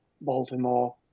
Baltimore